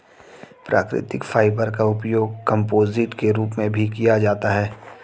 प्राकृतिक फाइबर का उपयोग कंपोजिट के रूप में भी किया जाता है